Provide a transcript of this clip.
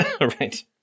Right